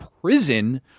prison